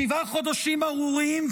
שבעה חודשים ארורים,